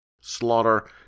Slaughter